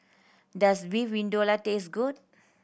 does Beef Vindaloo taste good